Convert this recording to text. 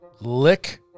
lick